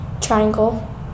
triangle